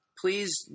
please